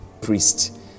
priest